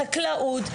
חקלאות.